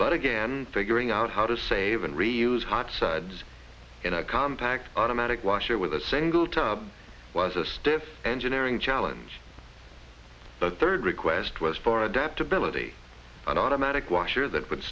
but again figuring out how to save and reuse hot sides in a compact automatic washer with a single tub was a step engineering challenge the third request was for adaptability an automatic washer that